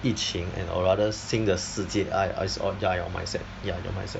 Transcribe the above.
意情 and or rather 新的世界 I I it's your ya your mindset ya your mindset